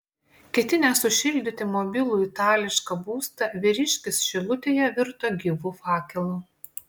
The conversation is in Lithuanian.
ketinęs sušildyti mobilų itališką būstą vyriškis šilutėje virto gyvu fakelu